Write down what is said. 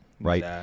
right